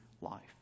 life